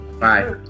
Bye